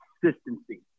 consistency